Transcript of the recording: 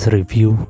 Review